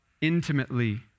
intimately